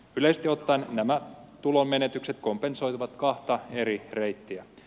yleisesti ottaen nämä tulonmenetykset kompensoituvat kahta eri reittiä